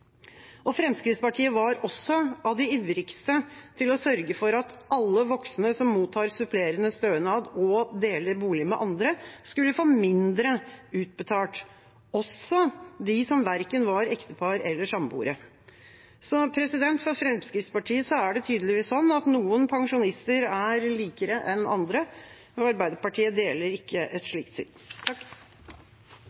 Fremskrittspartiet var også av de ivrigste til å sørge for at alle voksne som mottar supplerende stønad og deler bolig med andre, skulle få mindre utbetalt, også de som verken var ektepar eller samboere. For Fremskrittspartiet er det tydeligvis sånn at noen pensjonister er likere enn andre. Arbeiderpartiet deler ikke et